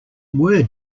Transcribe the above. were